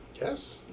yes